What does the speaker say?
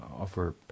offer